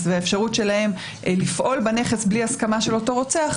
והאפשרות שלהם לפעול בנכס בלי הסכמה של אותו רצח,